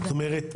זאת אומרת,